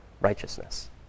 righteousness